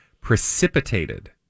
precipitated